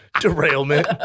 derailment